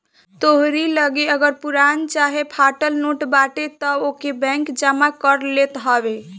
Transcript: तोहरी लगे अगर पुरान चाहे फाटल नोट बाटे तअ ओके बैंक जमा कर लेत हवे